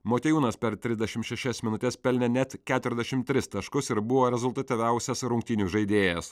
motiejūnas per trisdešim šešias minutes pelnė net keturiasdešim tris taškus ir buvo rezultatyviausias rungtynių žaidėjas